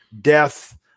death